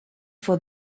for